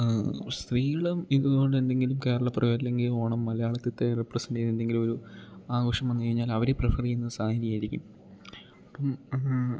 ആ സ്ത്രീകളും ഇത് പോലെ എന്തെങ്കിലും കേരളപ്പിറവി അല്ലെങ്കിൽ ഓണം മലയാളത്തിത്തെ റെപ്രസെൻ്റെ ചെയ്ത് എന്തെങ്കിലും ഒരു ആഘോഷം വന്ന് കഴിഞ്ഞാലവര് പ്രിഫർ ചെയ്യുന്നത് സാരിയായിരിക്കും അപ്പം ആ